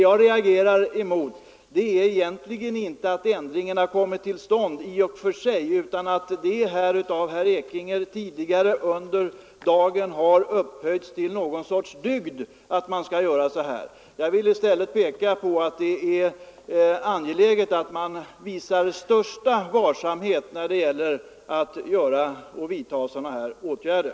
Jag reagerar egentligen inte mot ändringen i och för sig, utan jag reagerar mot att det av herr Ekinge tidigare under dagen har upphöjts till någon sorts dygd att göra så här. Jag vill i stället peka på att det är angeläget att visa största varsamhet när det gäller sådana åtgärder.